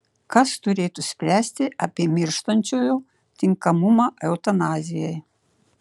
kas turėtų spręsti apie mirštančiojo tinkamumą eutanazijai